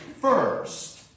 first